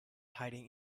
hiding